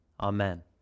amen